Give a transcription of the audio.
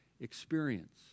experience